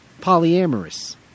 polyamorous